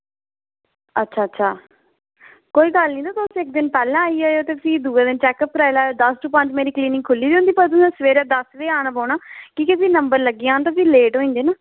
अच्छा अच्छा कोई गल्ल निं तुस इक्क दिन पैह्लें आई जायो ते तुस फ्ही दूऐ दिन चैकअप कराई लैयो डॉक्टर गी ते मेरी क्लीनिक खु'ल्ली दी होंदी ते तुसें सबेरै दस्स बजे आना पौना की के भी नंबर लग्गी जान भी लेट होई जंदे नी